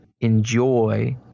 enjoy